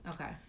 Okay